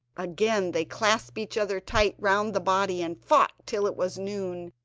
again they clasped each other tight round the body and fought till it was noon,